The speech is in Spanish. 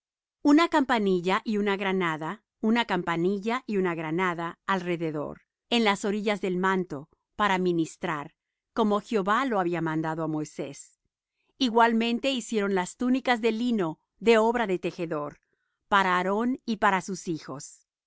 una campanilla y una granada una campanilla y una granada alrededor en las orillas del manto para ministrar como jehová lo mandó á moisés igualmente hicieron las túnicas de lino fino de obra de tejedor para aarón y para sus hijos